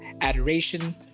Adoration